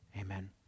Amen